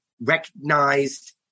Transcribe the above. recognized